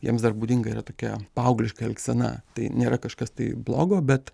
jiems dar būdinga yra tokia paaugliška elgsena tai nėra kažkas tai blogo bet